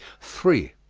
three.